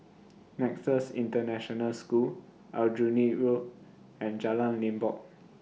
Nexus International School Aljunied Road and Jalan Limbok